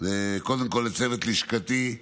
קודם כול לצוות לשכתי,